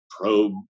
probe